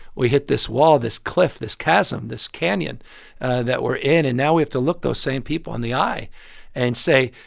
we hit this wall, this cliff, this chasm, this canyon that we're in. and now we have to look those same people in the eye and say,